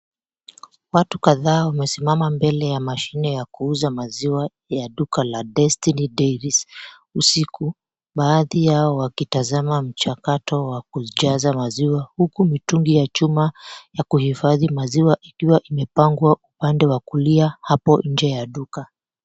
Watu kadhaa wamesimama mbele ya mashine ya kuuza maziwa ya duka la Destiny Dairies usiku baadhi yao wakitazama mchakato wa kujaza maziwa huku mitungi ya chuma ya kuhifadhi maziwa ikiwa imepangwa upande wa kulia hapo nje ya duka.